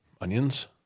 onions